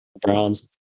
Browns